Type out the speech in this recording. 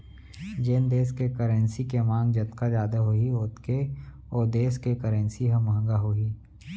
जेन देस के करेंसी के मांग जतका जादा होही ओतके ओ देस के करेंसी ह महंगा होही